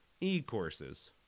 e-courses